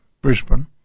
Brisbane